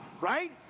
right